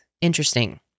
interesting